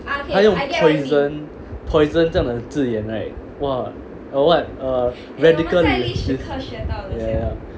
她用 poison 这样的字眼 right what oh what uh radical ya ya